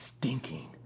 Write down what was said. stinking